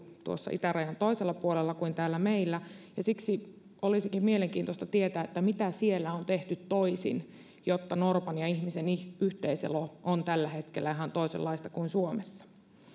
tuossa itärajan toisella puolella kuin täällä meillä ja siksi olisikin mielenkiintoista tietää mitä siellä on tehty toisin jotta norpan ja ihmisen yhteiselo on tällä hetkellä ihan toisenlaista kuin suomessa